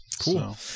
Cool